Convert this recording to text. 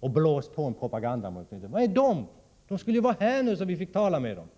och blåst under propagandan? Var är de? De skulle vara här nu så att vi fick tala med dem.